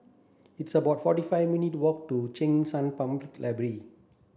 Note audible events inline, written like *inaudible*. it's about forty five minute walk to Cheng San *unintelligible* Library